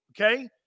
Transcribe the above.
okay